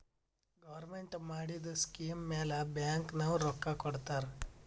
government ಮಾಡಿದು scheme ಮ್ಯಾಲ bank ನವ್ರು ರೊಕ್ಕಾ ಕೊಡ್ತಾರ್